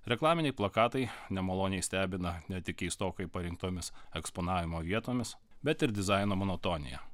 reklaminiai plakatai nemaloniai stebina ne tik keistokai parinktomis eksponavimo vietomis bet ir dizaino monotonija